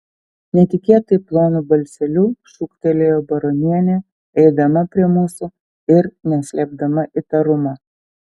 netikėtai plonu balseliu šūktelėjo baronienė eidama prie mūsų ir neslėpdama įtarumo